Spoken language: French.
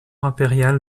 impériale